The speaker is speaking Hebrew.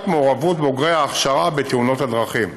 מעורבות בוגרי ההכשרה בתאונות הדרכים.